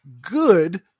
good